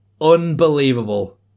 Unbelievable